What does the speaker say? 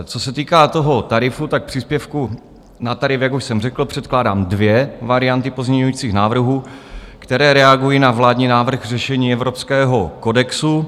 Co se týká příspěvku na tarif, jak už jsem řekl, předkládám dvě varianty pozměňovacích návrhů, které reagují na vládní návrh řešení evropského kodexu.